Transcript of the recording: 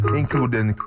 including